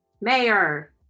mayor